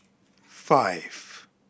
five